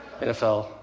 NFL